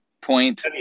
point